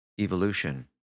evolution